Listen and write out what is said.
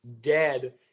dead